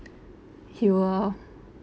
he will